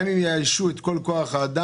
גם אם יאיישו את כל כוח האדם,